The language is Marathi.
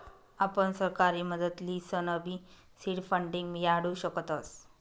आपण सरकारनी मदत लिसनबी सीड फंडींग मियाडू शकतस